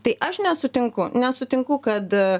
tai aš nesutinku nesutinku kad